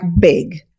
big